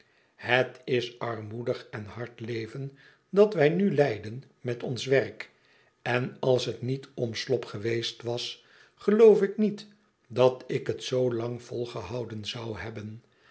het is armoedig en hard leven dat wij nu leiden met ons werk en als het niet om slop geweest was geloof ik niet dat ik het zoo lang volgehouden zou hebben